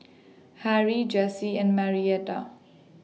Harry Jessi and Marietta